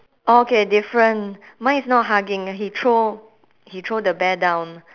oh okay different mine is not hugging he throw he throw the bear down